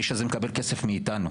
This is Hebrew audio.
האיש הזה מקבל כסף מאתנו.